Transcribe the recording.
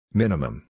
minimum